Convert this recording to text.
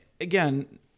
Again